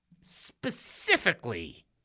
specifically